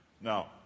Now